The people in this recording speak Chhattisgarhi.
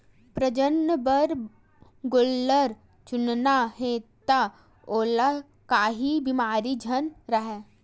प्रजनन बर गोल्लर चुनना हे त ओला काही बेमारी झन राहय